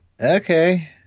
Okay